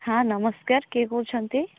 ହଁ ନମସ୍କାର କିଏ କହୁଛନ୍ତି